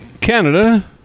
Canada